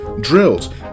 drills